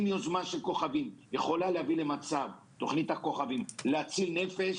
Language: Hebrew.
אם היוזמה של תוכנית הכוכבים יכולה להציל נפש